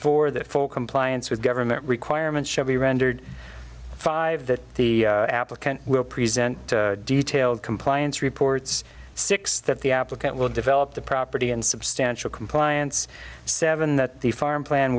for the full compliance with government requirements should be rendered five that the applicant will present detailed compliance reports six that the applicant will develop the property in substantial compliance seven that the farm plan